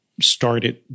started